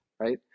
right